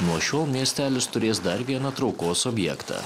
nuo šiol miestelis turės dar vieną traukos objektą